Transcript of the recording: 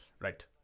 right